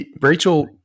Rachel